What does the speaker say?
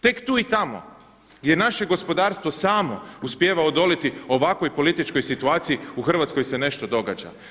Tek tu i tamo gdje naše gospodarstvo samo uspijeva odoliti ovakvoj političkoj situaciji u Hrvatskoj se nešto događa.